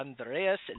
Andreas